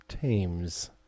teams